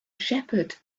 shepherd